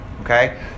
Okay